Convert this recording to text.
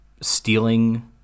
stealing